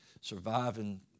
surviving